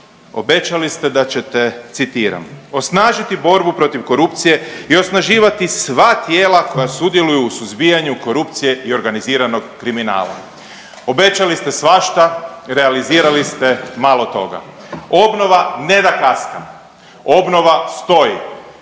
obećali ste da ćete, citiram, osnažiti borbu protiv korupcije i osnaživati sva tijela koja sudjeluju u suzbijanju korupcije i organiziranog kriminala. Obećali ste svašta, realizirali ste malo toga. Obnova ne da kaska, obnova stoji,